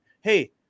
hey